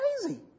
crazy